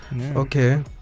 okay